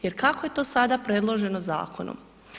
Jer kako je to sada predloženo zakonom?